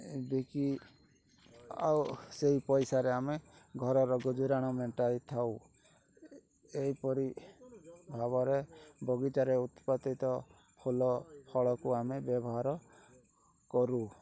ଏ ବିକି ଆଉ ସେହି ପଇସାରେ ଆମେ ଘରର ଗୁଜୁରାଣ ମେଣ୍ଟାଇଥାଉ ଏହିପରି ଭାବରେ ବଗିଚାରେ ଉତ୍ପାଦିତ ଫୁଲ ଫଳକୁ ଆମେ ବ୍ୟବହାର କରୁ